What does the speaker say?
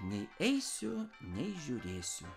nei eisiu nei žiūrėsiu